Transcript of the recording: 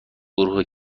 گروه